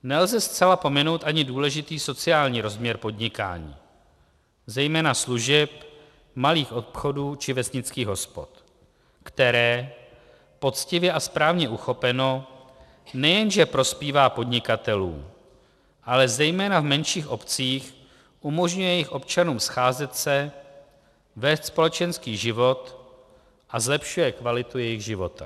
Nelze zcela pominout ani důležitý sociální rozměr podnikání, zejména služeb, malých obchodů či vesnických hospod, které, poctivě a správně uchopeno, nejen že prospívá podnikatelům, ale zejména v menších obcích umožňuje jejich občanům scházet se, vést společenský život a zlepšuje kvalitu jejich života.